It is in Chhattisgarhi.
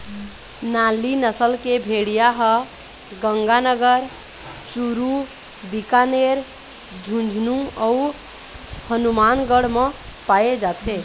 नाली नसल के भेड़िया ह गंगानगर, चूरू, बीकानेर, झुंझनू अउ हनुमानगढ़ म पाए जाथे